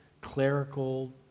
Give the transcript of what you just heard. clerical